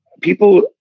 people